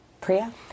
Priya